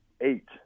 Eight